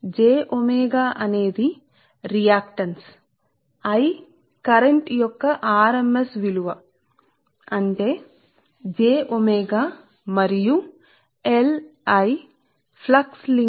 కాబట్టి ఇది సాధారణంగా m1 అని ఇవ్వబడుతుంది ఇది m 2 ఒకటి తరువాత మీరు మీ కండక్టర్ను ఎప్పుడు తీసుకుంటారో చూద్దాం ఒకే దశ యొక్క ఇండక్టెన్స్ను ఒక రేఖ కు మరియు ఇతర విషయాల కండక్టర్ల ఇండక్టెన్స్ను తెలుసుకోవడానికి